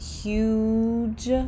huge